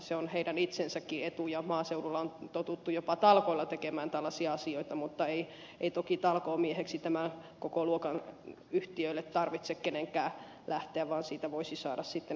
se on heidän itsensäkin etu ja maaseudulla on totuttu jopa talkoilla tekemään tällaisia asioita mutta ei toki talkoomieheksi tämän kokoluokan yhtiöille tarvitse kenenkään lähteä vaan siitä voisi saada asiallisen korvauksen